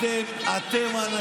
אתם מגוחכים.